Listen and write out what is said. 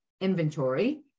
inventory